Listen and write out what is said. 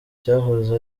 cyahoze